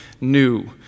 new